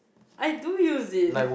I do use it